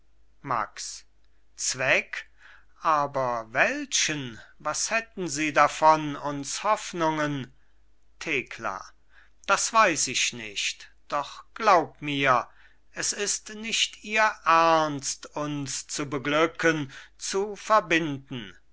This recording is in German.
max zweck aber welchen was hätten sie davon uns hoffnungen thekla das weiß ich nicht doch glaub mir es ist nicht ihr ernst uns zu beglücken zu verbinden